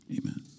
Amen